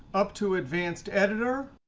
up to advanced editor.